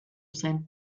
zen